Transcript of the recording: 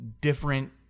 different